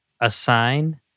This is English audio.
Assign